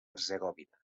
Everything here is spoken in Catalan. hercegovina